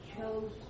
chose